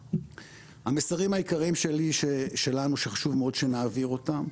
המסרים העיקריים שלנו שחשוב מאוד שנעביר אותם.